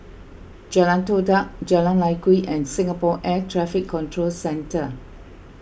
Jalan Todak Jalan Lye Kwee and Singapore Air Traffic Control Centre